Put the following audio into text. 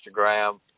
Instagram